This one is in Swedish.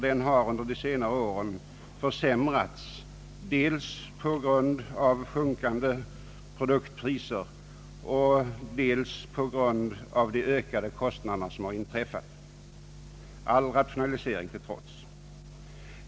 Den har under de senare åren försämrats dels på grund av sjunkande produktpriser, dels på grund av de ökade kostnader som har inträffat, all rationalisering till trots.